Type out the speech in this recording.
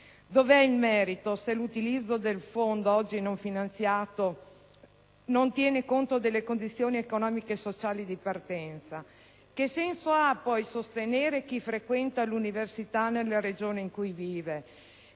Dov'è il merito, se l'utilizzo del fondo oggi non finanziato non tiene conto delle condizioni economico-sociali di partenza? Che senso ha poi sostenere chi frequenta l'università nelle regioni in cui vive?